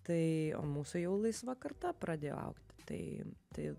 tai mūsų jau laisva karta pradėjo augti tai tai